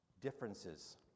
differences